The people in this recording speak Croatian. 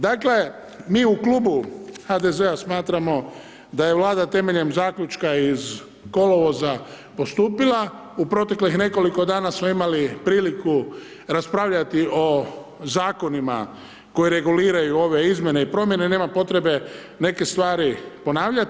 Dakle, mi u Klubu HDZ-a smatramo da je vlada temeljem zaključka iz kolovoza postupila, u proteklih nekoliko dana samo imali priliku raspravljati o zakonima, koji reguliraju ove izmjene i promjene, nema potrebe neke stvari ponavljati.